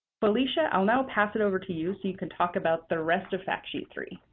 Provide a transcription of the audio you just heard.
felicia, i'll now pass it over to you so you can talk about the rest of fact sheet three.